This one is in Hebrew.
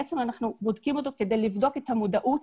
בעצם אנחנו בודקים אותו כדי לבדוק את המודעות